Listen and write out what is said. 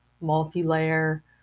multi-layer